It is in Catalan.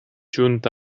junt